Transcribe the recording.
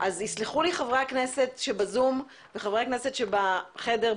יסלחו לי חברי הכנסת שב-זום וחברי הכנסת שבחדר,